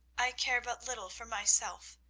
i care but little for myself.